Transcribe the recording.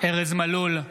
ארז מלול,